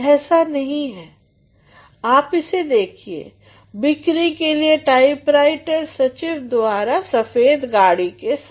ऐसा नही है आप इसे देखिये बिक्री के लिए टाइपराइटर सचिव द्वारा सफ़ेद गाड़ी के साथ